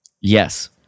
yes